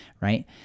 right